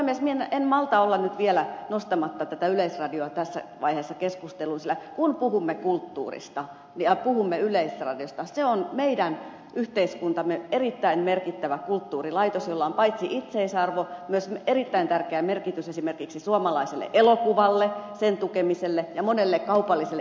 mutta puhemies en malta nyt olla vielä nostamatta yleisradiota tässä vaiheessa keskusteluun sillä kun puhumme kulttuurista ja puhumme yleisradiosta se on meidän yhteiskuntamme erittäin merkittävä kulttuurilaitos jolla on paitsi itseisarvo myös erittäin tärkeä merkitys esimerkiksi suomalaiselle elokuvalle sen tukemiselle ja monelle kaupalliselle itsenäiselle tuotantoyhtiölle